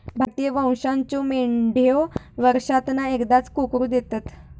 भारतीय वंशाच्यो मेंढयो वर्षांतना एकदाच कोकरू देतत